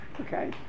Okay